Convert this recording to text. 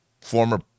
former